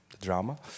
drama